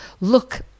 look